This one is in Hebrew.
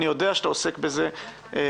אני יודע שאתה עוסק בזה הרבה.